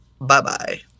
Bye-bye